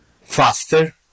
faster